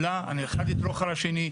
מדברת על השוטף.